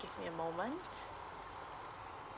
give me a moment